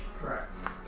Correct